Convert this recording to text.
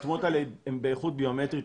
והתמונות האלה הן באיכות ביומטרית,